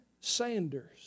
Sanders